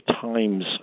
times